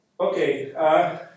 Okay